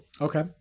okay